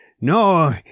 No